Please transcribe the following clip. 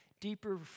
Deeper